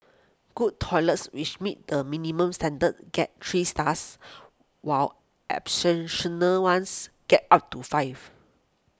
good toilets which meet the minimum standards get three stars while ones get up to five